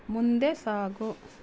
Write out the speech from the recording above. ಮುಂದೆ ಸಾಗು